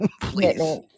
please